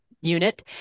unit